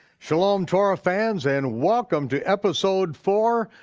shalom, torah fans, and welcome to episode four.